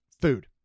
food